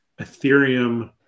Ethereum